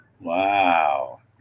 Wow